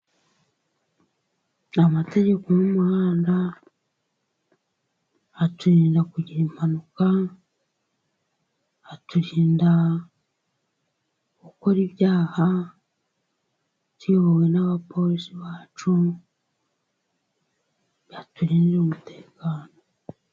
Amategeko y'umuhanda aturinda kugira impanuka, aturinda gukora ibyaha, tuyobowe n'abapolisi bacu baturindira umutekano.